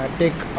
take